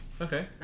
Okay